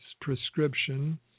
prescription